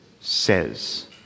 says